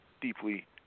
deeply